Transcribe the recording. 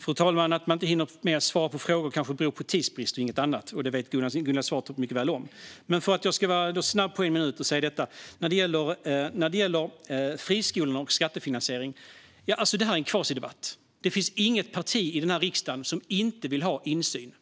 Fru talman! Att man inte hinner med svar på frågor kanske beror på tidsbrist och inget annat. Det vet Gunilla Svantorp mycket väl om. Nu får jag vara snabb för att hinna med svaren på en minut. När det gäller friskolorna och skattefinansieringen är det en kvasidebatt. Det finns inget parti i den här riksdagen som inte vill ha insyn.